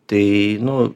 tai nu